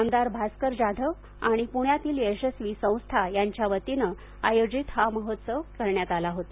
आमदार भास्कर जाधव आणि पुण्यातील यशस्वी संस्था यांच्या वतीनं हा महोत्सव आयोजित करण्यात आला होता